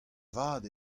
vat